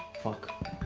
fuck.